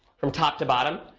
from top to bottom.